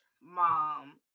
mom